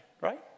right